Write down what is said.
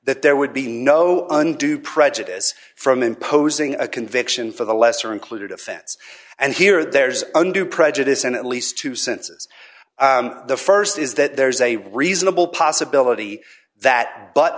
that there would be no undue prejudice from imposing a conviction for the lesser included offense and here there's undue prejudice in at least two senses the st is that there is a reasonable possibility that but